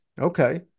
Okay